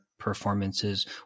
Performances